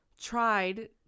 tried